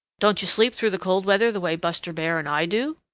don't you sleep through the cold weather the way buster bear and i do?